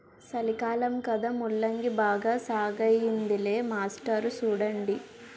సలికాలం కదా ముల్లంగి బాగా సాగయ్యిందిలే మాస్టారు సూడండి